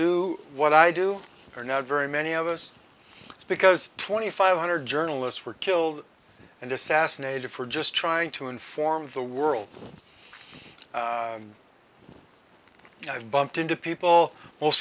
do what i do or not very many of us is because twenty five hundred journalists were killed and assassinated for just trying to inform the world and i've bumped into people most